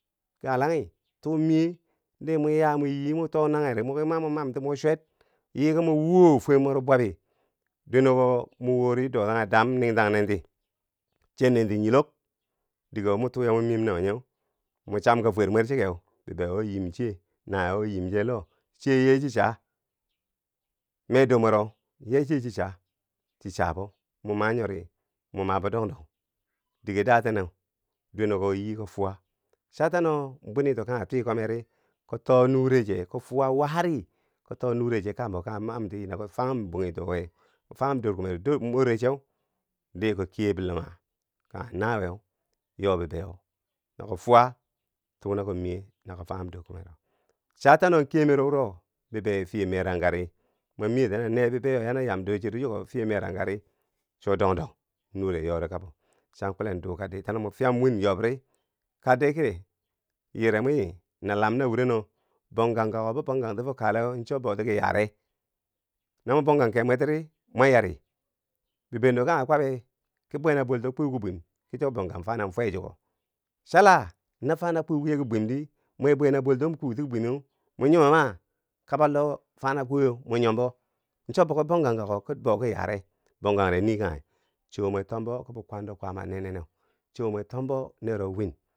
Galanghi tuu miye dii mo ya mo yii mo too nangheri moki mamwi mamti mwiki chwet, yiiki mo woo fwer mwero bwabi dwene ko wo mo woori dotanghe dam ning tang nenti chen nenti nyilok dige wo mo tuu ya mo miyem ma wo nyeu mo cham ka fwer mwer chikeu bibei wo yim chiye. nawiye wo yim che loh chiye yee chi cha? mee dor mwero, yee chiye chi cha? chi cha bo, mo ma nyori mo ma bo dong dong, dige daten neu dweneko wo kom yii kom fuwa cha tano bwini to kanghe twi komeri, ko too nure che kom fwa mari, kom too nure che kambo ka mamti nakom. fonghum bwinito weu kom fanghum dorkumero more cheu dii kom kiye biluma kanghe nawiyeu, yoo bibeiyo na kom fwa tuu na kom miye na kom fanghum dorkumero, cha tanno kiyemero wuro bibei fye merangkari mo miye ti na ne bibeiyo na yam dorchiyero chiko fye merangka ri chwo dong dong nure yori kabo, cha kulen duukardi tano mo fyam win yob ri, kadde kile, yiire mwi na lam na wureno. bongkang kako bo bongkang ti fo kaleweu cho bouti yaare, no mo bongkang ke mwe tiri mwan yari, bi bendo kanghe kwabi ki bwe na bolto kwiu ki bwim ki cho ki bongkanghumfana fwe chiko, cha la no fana kwiu che ki bwimdi mwe bwe na bolto mo kwiu ti ki bwimeu mo nyomom. ma, kabal do fana kwiweu mo nyombo cho boki bongkangkako ki bouki yare, bongkande nii kanghe, cho mwe tombo kibi kwan do kwaama neneneu, choo mwe tombo nero wiin.